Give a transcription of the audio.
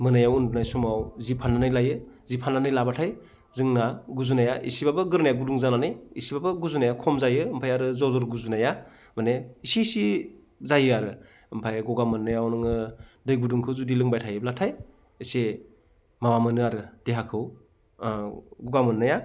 मोनायाव उन्दुनाय समाव जि फाननानै लायो जि फाननानै लाब्लाथाय जोंना गुजुनाया इसेब्लाबो गुदुं जानानै इसेब्लाबो गुजुनाया खम जायो ओमफ्राय आरो जर जर गुजुनाया माने इसे इसे जायो आरो ओमफाय गगा मोननायाव नोङो दै गुदुंखौ जुदि लोंबाय थायोब्लाथाय एसे माबा मोनो आरो देहाखौ गगा मोननाया